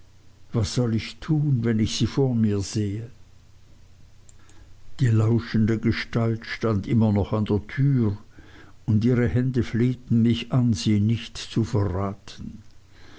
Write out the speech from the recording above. was soll ich tun wenn ich sie vor mir sehe die lauschende gestalt stand immer noch an der tür und ihre hände flehten mich an sie nicht zu verraten